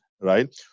right